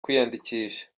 kwiyandikisha